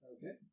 Okay